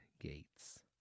gates